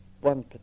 one